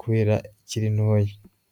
kubera ikiri ntoya.